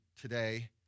today